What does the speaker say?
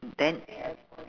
mm then